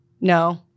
no